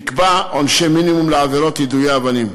נקבעו עונשי מינימום לעבירות יידוי אבנים.